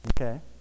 Okay